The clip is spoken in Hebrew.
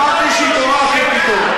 הבנתי שהתעוררתם פתאום.